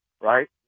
right